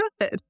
good